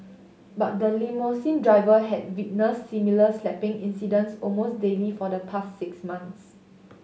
but the limousine driver had witnessed similar slapping incidents almost daily for the past six months